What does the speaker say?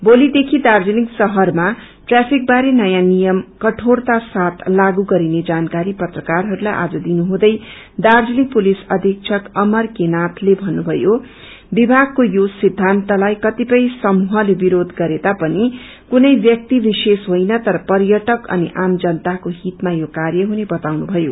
भोलीदेखि दार्जीलिङ शहरमा ट्राफिक बारे नयाँ नियम कठोरता साथ लागू गरिने जानकारी पत्रकारहस्लाई आज दिनुहुँदै दार्जीलिङ पुलिस अधिक्षक अमर के नाय ले भन्नुभयो विभागको यो सिछान्तलाई कतिपय समूहले विरोष गरेता पनि कुनै ब्यक्ति विशेष होइन तर पर्यटक अनि आम जनताको हीतमा यो र्काय हुने बताउनु भयो